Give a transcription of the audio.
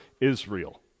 Israel